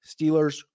Steelers